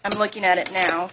i'm looking at it now